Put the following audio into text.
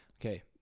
Okay